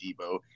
Debo